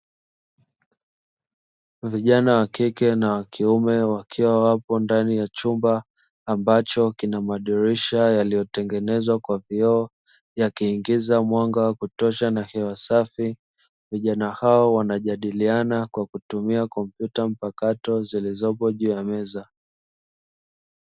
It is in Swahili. Vijana wa kike na wa kiume, wakiwa wapo ndani ya chumba ambacho kina madirisha yaliyotengenezwa kwa vioo, yakiingiza mwanga wa kutosha na hewa safi. Vijana hao wanajadiliana kwa kutumia kompyuta mpakato zilizopo juu ya meza.